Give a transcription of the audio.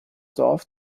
dorf